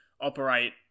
operate